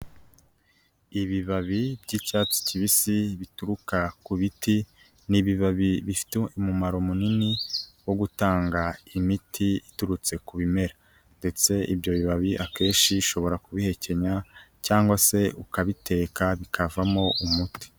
Ibibabi by'icyatsi kibisi bituruka ku biti, ni ibibabi bifite umumaro munini wo gutanga imiti iturutse ku bimera. Ndetse ibyo bibabi akenshi ushobora kubihekenya, cyangwa se ukabiteka bikavamo umuti.